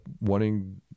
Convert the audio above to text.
wanting